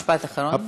משפט אחרון.